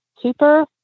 super